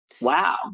wow